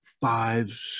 five